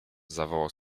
zawołał